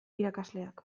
irakasleak